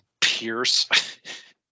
Pierce